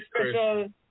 special